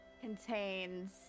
contains